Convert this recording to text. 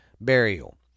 burial